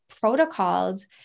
protocols